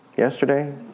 Yesterday